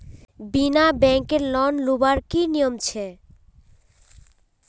बिना बैंकेर लोन लुबार की नियम छे?